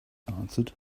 answered